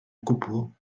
gwbl